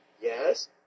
Yes